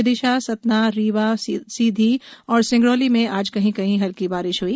विदिशाए सतनाए रीवाए सीधी और सिंगरौली में आज कहीं कहीं हल्की बारिश हई